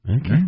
Okay